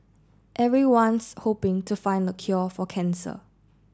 everyone's hoping to find the cure for cancer